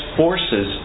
forces